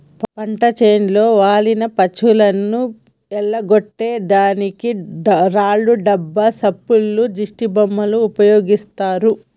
పంట చేనులో వాలిన పచ్చులను ఎల్లగొట్టే దానికి రాళ్లు దెబ్బ సప్పుల్లో దిష్టిబొమ్మలు ఉపయోగిస్తారు